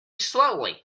slowly